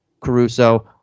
Caruso